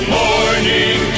morning